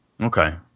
Okay